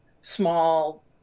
small